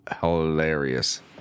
hilarious